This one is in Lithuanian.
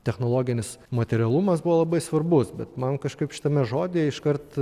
technologinis materialumas buvo labai svarbus bet man kažkaip šitame žodyje iškart